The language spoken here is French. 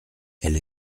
elle